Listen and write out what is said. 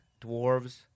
Dwarves